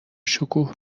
شکوه